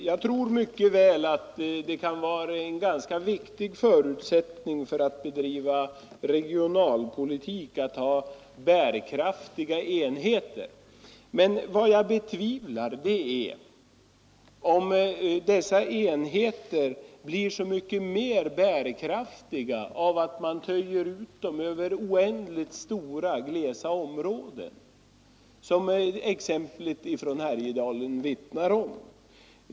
Herr talman! Jag är väl medveten om att bärkraftiga enheter är en ganska viktig förutsättning för att bedriva regionalpolitik. Men vad jag betvivlar är att enheterna blir så mycket mer bärkraftiga av att man töjer ut dem över oändligt stora glesområden, som exemplet från Härjedalen vittnar om.